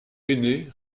aînée